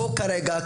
בוא כרגע,